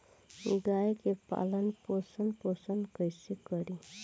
गाय के पालन पोषण पोषण कैसे करी?